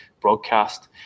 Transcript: broadcast